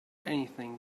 anything